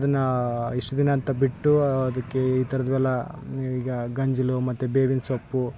ಅದನ್ನು ಇಷ್ಟು ದಿನ ಅಂತ ಬಿಟ್ಟು ಅದಕ್ಕೆ ಈ ಥರದ್ವೆಲ್ಲ ಈಗ ಗಂಜ್ಲ ಮತ್ತು ಬೇವಿನ ಸೊಪ್ಪು